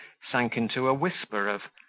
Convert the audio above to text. sank into a whisper of,